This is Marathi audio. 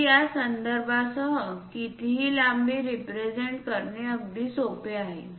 तर या संदर्भासह कितीही लांबी रिप्रेझेंट करणे अगदी सोपे आहे